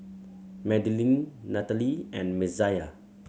Madilynn Natalee and Messiah